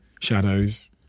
shadows